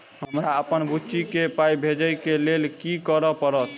हमरा अप्पन बुची केँ पाई भेजइ केँ लेल की करऽ पड़त?